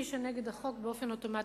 מי שנגד החוק באופן אוטומטי,